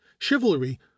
Chivalry